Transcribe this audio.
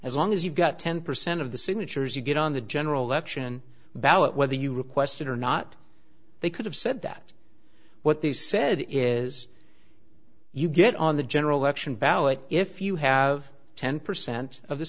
as long as you got ten percent of the signatures you get on the general election ballot whether you request it or not they could have said that what they said is you get on the general election ballot if you have ten percent of the